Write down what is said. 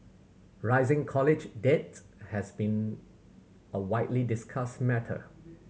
rising college debt has been a widely discussed matter